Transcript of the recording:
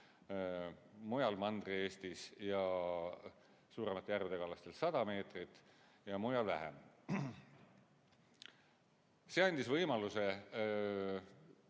mujal Mandri-Eestis ja suuremate järvede kallastel 100 meetrit, mujal vähem. See andis võimaluse